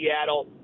Seattle